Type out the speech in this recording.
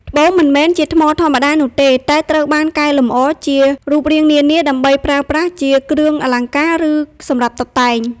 ត្បូងមិនមែនជាថ្មធម្មតានោះទេ តែត្រូវបានកែលម្អជារូបរាងនានា ដើម្បីប្រើប្រាស់ជាគ្រឿងអលង្ការ ឬសម្រាប់តុបតែង។